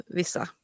vissa